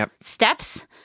steps